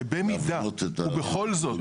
שבמידה ובכל זאת